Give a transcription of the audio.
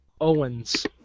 Owens